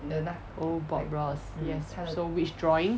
oh bob ross yes so which drawing